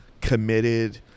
committed